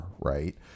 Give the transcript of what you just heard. right